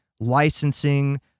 licensing